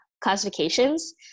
classifications